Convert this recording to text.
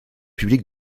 publics